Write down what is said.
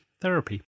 Therapy